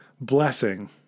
blessing